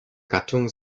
gattung